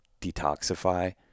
detoxify